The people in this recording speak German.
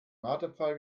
marterpfahl